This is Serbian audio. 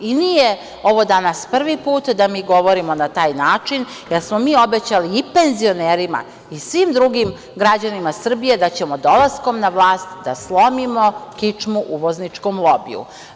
Nije ovo danas prvi put da mi govorimo na taj način, jer smo mi obećali i penzionerima i svim drugim građanima Srbije da ćemo dolaskom na vlast da slomimo kičmu uvozničkom lobiju.